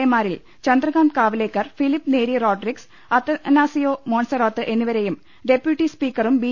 എമാരിൽ ചന്ദ്രകാന്ത് കാവ്ലേക്കർ ഫിലിപ്പ് നേരിറോഡ്റിഗ്സ് അത്തനാസിയോ മോൺസറാത്ത് എന്നിവരെയും ഡെപ്യൂട്ടി സ്പീക്കറും ബി